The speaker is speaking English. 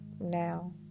now